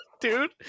Dude